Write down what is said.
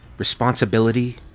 responsibility?